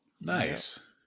Nice